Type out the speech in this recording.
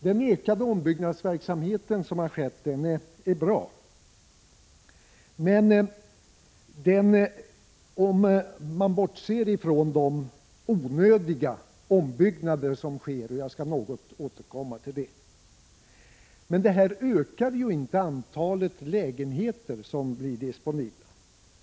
Den ökade ombyggnadsverksamhet som skett är bra om man bortser ifrån de onödiga ombyggnader som sker. Jag skall återkomma till det. Men det ökar ju inte antalet disponibla lägenheter.